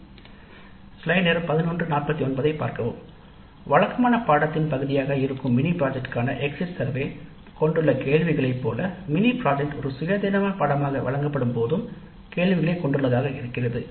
exit survey ஆனது mini project வழக்கமான பாடத்திட்டத்தில் பகுதியாக இருக்கும்போது கொண்டுள்ள கேள்விகளை போல மினி ப்ராஜெக்ட் ஒரு சுயாதீன பாடநெறியாக வழங்கப்படும் போதும் கேள்விகளை கொண்டுள்ளதாக இருக்கிறது